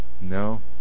No